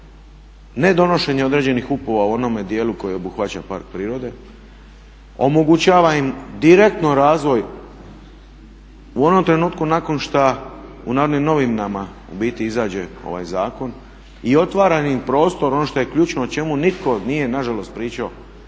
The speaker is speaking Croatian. ne donošenje određenih … u onome dijelu koji obuhvaća park prirode, omogućava im direktno razvoj u onom trenutku nakon šta u Narodnim novinama u biti izađe ovaj zakon i otvara im prostor, ono što je ključno, o čemu nitko nije nažalost pričao,